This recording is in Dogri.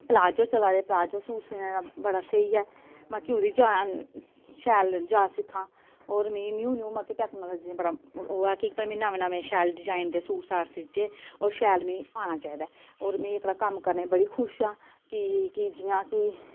प्लाजो चला दे प्लाजो सूट सीने दा बड़ा स्हेई ऐ मतलब कि उ'दे चा शैल जाच सिक्खां होर मिगी न्यू न्यू मतलब कि टेक्नोलाजी दा बड़ा ओह् ऐ कि मैं नमें नमें शैल डिजाइन दे सूट साट सीचे होर शैल मिगी आना चाहिदा ऐ होर मि एह्कड़ा कम्म करने बड़ा खुश आं कि कि जि'यां कि